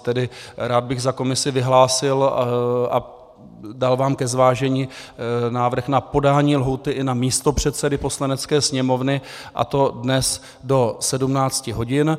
Tedy rád bych za komisi vyhlásil a dal vám ke zvážení návrh na podání lhůty i na místopředsedy Poslanecké sněmovny, a to dnes do 17 hodin.